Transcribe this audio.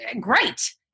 great